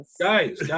Guys